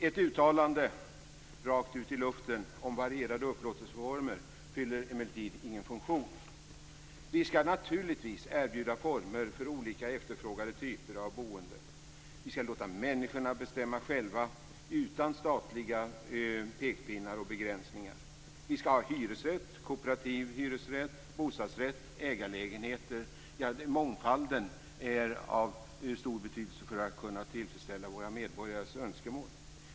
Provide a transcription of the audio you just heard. Ett uttalande rakt ut i luften om varierade upplåtelseformer fyller emellertid ingen funktion. Vi skall naturligtvis erbjuda former för olika, efterfrågade typer av boenden. Vi skall låta människorna bestämma själva utan statliga pekpinnar och begränsningar. Vi skall ha hyresrätt, kooperativ hyresrätt, bostadsrätt, ägarlägenheter - ja, mångfalden är av stor betydelse för att kunna tillfredsställa våra medborgares önskemål.